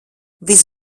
viss